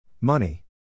Money